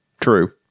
True